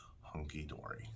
hunky-dory